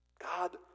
God